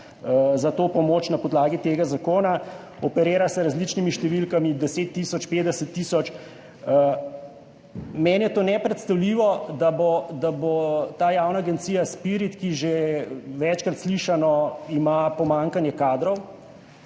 za to pomoč na podlagi tega zakona. Operira se z različnimi številkami, 10 tisoč, 50 tisoč. Meni je nepredstavljivo, da bo ta javna agencija SPIRIT, ki ima, kot že večkrat slišano, pomanjkanje kadrov,